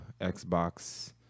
Xbox